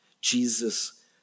Jesus